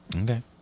Okay